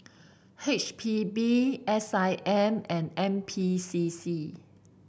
H P B S I M and N P C C